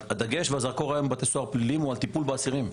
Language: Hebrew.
הדגש והזרקור היום בבתי הסוהר פליליים הוא על טיפול באסירים.